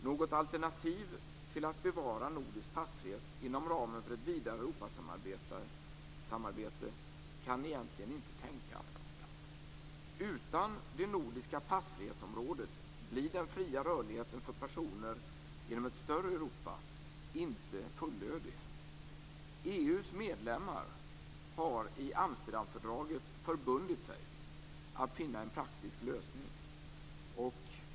Något alternativ till att bevara nordisk passfrihet inom ramen för ett vidare Europasamarbete kan egentligen inte tänkas. Utan det nordiska passfrihetsområdet blir den fria rörligheten för personer i ett större Europa inte fullödig. EU:s medlemmar har i Amsterdamfördraget förbundit sig att finna en praktisk lösning.